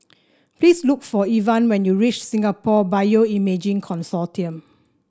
please look for Evan when you reach Singapore Bioimaging Consortium